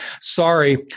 sorry